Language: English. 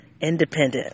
independent